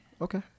okay